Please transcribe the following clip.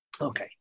Okay